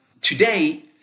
today